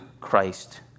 Christ